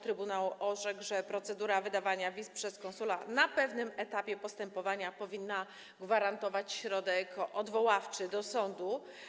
Trybunał orzekł, że procedura wydawania wiz przez konsula na pewnym etapie postępowania powinna gwarantować środek odwoławczy do sądu.